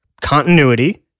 continuity